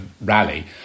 Rally